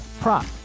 prop